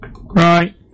Right